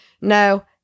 No